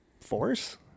force